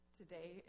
today